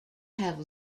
have